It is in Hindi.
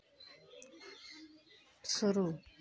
शुरू